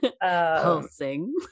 Pulsing